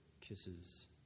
kisses